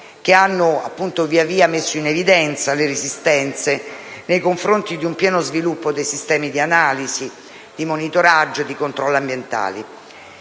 che via via hanno messo in evidenza le resistenze nei confronti di un pieno sviluppo dei sistemi di analisi, monitoraggio e controllo ambientali.